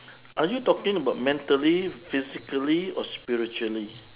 are you talking about mentally physically or spiritually